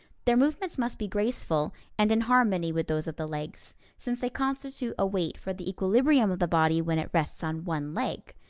their movements must be graceful and in harmony with those of the legs, since they constitute a weight for the equilibrium of the body when it rests on one leg.